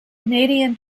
canadian